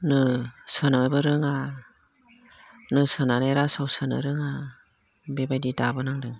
नो सोनोबो रोङा नो सोनानै रासोआव सोनो रोङा बेबायदि दाबोनांदों